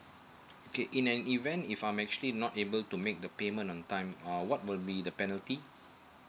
okay in an event if I'm actually not able to make the payment on time or what will be the penalty